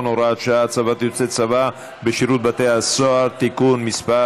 (הוראת שעה) (הצבת יוצאי צבא בשירות בתי הסוהר) (תיקון מס'